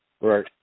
Right